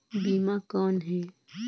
बीमा कौन है?